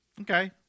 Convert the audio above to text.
Okay